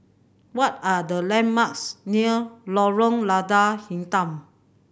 what are the landmarks near Lorong Lada Hitam